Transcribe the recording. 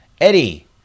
eddie